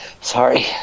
Sorry